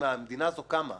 וכולם מדברים שתוך כמה חודשים,